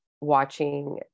watching